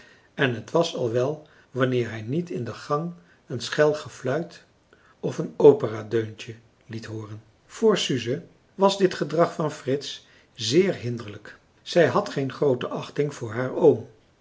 en het was al wel wanneer hij niet in de gang een schel gefluit of een operadeuntje liet hooren voor suze was dit gedrag van frits zeer hinderlijk zij had geen groote achting voor haar oom